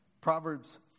Proverbs